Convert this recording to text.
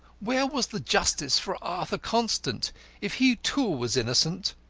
where was the justice for arthur constant if he, too, was innocent?